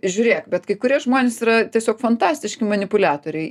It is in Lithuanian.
žiūrėk bet kai kurie žmonės yra tiesiog fantastiški manipuliatoriai